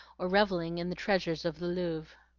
or revelling in the treasures of the louvre.